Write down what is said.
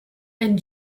and